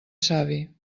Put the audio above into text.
savi